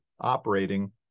operating